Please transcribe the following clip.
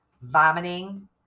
vomiting